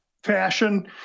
Fashion